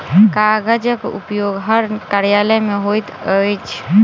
कागजक उपयोग हर कार्यालय मे होइत अछि